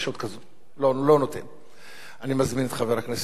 אני מזמין את חבר הכנסת ג'מאל זחאלקה,